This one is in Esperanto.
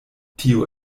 tio